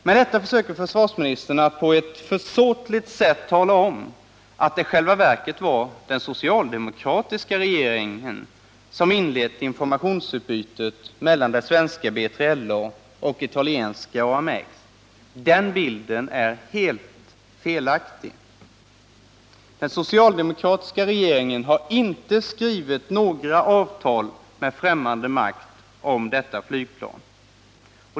Med detta försöker försvarsministern att på ett försåtligt sätt tala om, att det i själva verket var den socialdemokratiska regeringen som inledde informationsutbytet i fråga om det svenska B3LA och det italienska AMX. Den bilden är helt felaktig. Den socialdemokratiska regeringen har inte skrivit några avtal med främmande makt om detta flygplan.